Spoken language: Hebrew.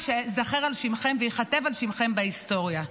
שייזכר על שמכם וייכתב על שמכם בהיסטוריה.